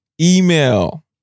email